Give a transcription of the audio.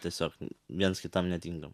tiesiog viens kitam netinkam